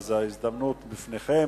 ההזדמנות לפניכם,